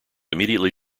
immediately